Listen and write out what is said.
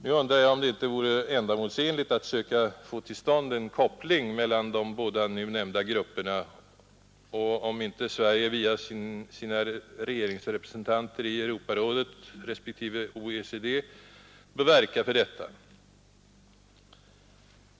Jag undrar nu om det inte vore ändamålsenligt att söka få till stånd en koppling mellan de båda nu nämnda grupperna och om inte Sverige via sina regeringsrepresentanter i Europarådet respektive OECD bör verka för detta.